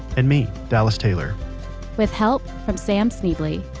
and me, dallas taylor with help from sam schneble.